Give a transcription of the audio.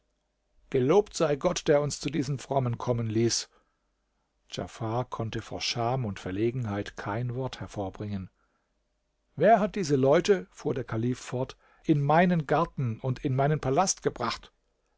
gelobt sei gott der uns zu diesen frommen kommen ließ djafar konnte vor scham und verlegenheit kein wort hervorbringen wer hat diese leute fuhr der kalif fort in meinen garten und in meinen palast gebracht